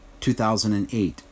2008